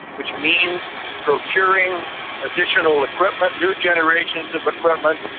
which means procuring additional equipment, new generations of equipment,